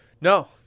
No